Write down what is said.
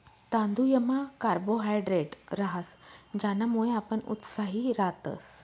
तांदुयमा कार्बोहायड्रेट रहास ज्यानामुये आपण उत्साही रातस